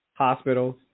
Hospitals